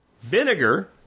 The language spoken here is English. vinegar